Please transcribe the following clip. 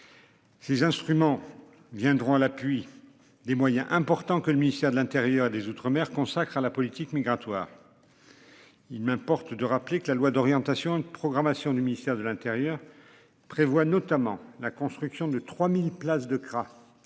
Ces instruments viendront à l'appui des moyens importants, que le ministère de l'Intérieur et des Outre-mer consacre à la politique migratoire. Il m'importe de rappeler que la loi d'orientation et de programmation du ministère de l'Intérieur. Prévoit notamment la construction de 3000 places de.